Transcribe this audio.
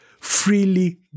freely